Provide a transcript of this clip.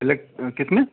इलक किसमें